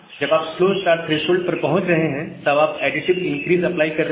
जब आप slow start threshold पर पहुंच रहे हैं तब आप एडिटिव इनक्रीस अप्लाई कर रहे हैं